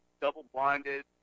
double-blinded